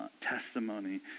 testimony